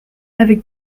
avec